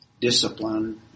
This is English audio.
discipline